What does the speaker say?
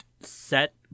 set